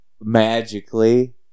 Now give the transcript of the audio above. Magically